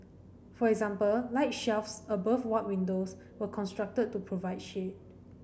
for example light shelves above ward windows were constructed to provide shade